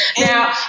Now